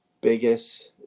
biggest